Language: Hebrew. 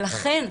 ולכן,